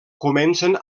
comencen